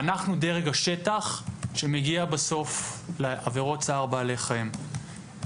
אנחנו דרג השטח שמגיע בסוף לעבירות צער בעלי חיים.